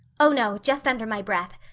oh, no, just under my breath.